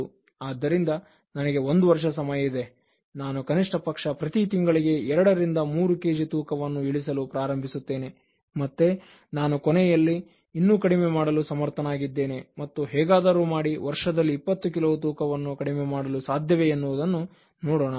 ಆದ್ದರಿಂದ ನನಗೆ ಒಂದು ವರ್ಷ ಸಮಯ ಇದೆ ನಾನು ಕನಿಷ್ಠಪಕ್ಷ ಪ್ರತಿ ತಿಂಗಳಿಗೆ ಎರಡರಿಂದ ಮೂರು ಕೆಜಿ ತೂಕವನ್ನು ಇಳಿಸಲು ಪ್ರಾರಂಭಿಸುತ್ತೇನೆ ಮತ್ತೆ ನಾನು ಕೊನೆಯಲ್ಲಿ ಇನ್ನು ಕಡಿಮೆ ಮಾಡಲು ಸಮರ್ಥನಾಗಿದ್ದೇನೆ ಮತ್ತು ಹೇಗಾದರೂ ಮಾಡಿ ವರ್ಷದಲ್ಲಿ 20 ಕಿಲೋ ತೂಕವನ್ನು ಕಡಿಮೆ ಮಾಡಲು ಸಾಧ್ಯವೇ ಎನ್ನುವುದನ್ನು ನೋಡೋಣ